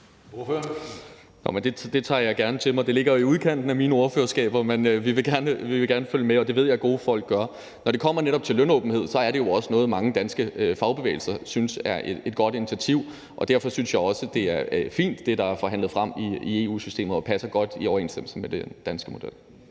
Det tager jeg gerne til mig. Det ligger jo i udkanten af mine ordførerskaber, men vi vil gerne følge med, og det ved jeg at gode folk gør. Når det kommer til netop lønåbenhed, er det jo også noget, mange danske fagbevægelser synes er et godt initiativ, og derfor synes jeg også, det er fint, hvad der er forhandlet frem i EU-systemet, og det passer godt i overensstemmelse med den danske model.